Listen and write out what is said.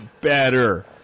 better